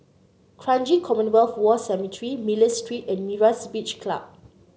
Kranji Commonwealth War Cemetery Miller Street and Myra's Beach Club